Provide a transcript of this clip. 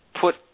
put